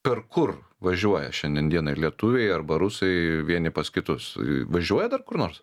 per kur važiuoja šiandien dienai lietuviai arba rusai vieni pas kitus važiuoja dar kur nors